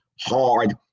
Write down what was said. hard